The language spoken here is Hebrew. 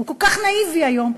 הוא כל כך נאיבי היום,